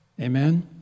Amen